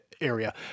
area